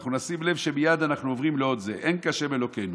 אנחנו נשים לב שמייד אנחנו עוברים לעוד "אין כה' אלהינו".